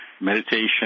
meditation